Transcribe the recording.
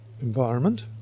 environment